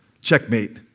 Checkmate